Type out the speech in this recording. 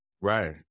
Right